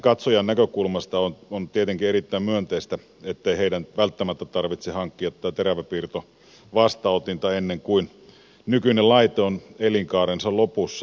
katsojan näkökulmasta on tietenkin erittäin myönteistä ettei hänen välttämättä tarvitse hankkia tätä teräväpiirtovastaanotinta ennen kuin nykyinen laite on elinkaarensa lopussa